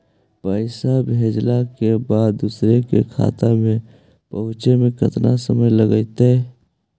पैसा भेजला के बाद दुसर के खाता में पहुँचे में केतना समय लगतइ?